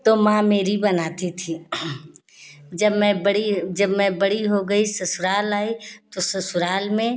तो माँ मेरी बनाती थी जब मैं बड़ी जब मैं बड़ी हो गई ससुराल आई तो ससुराल में